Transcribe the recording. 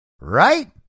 Right